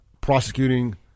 prosecuting